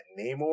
Namor